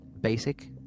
basic